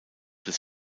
des